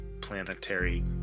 planetary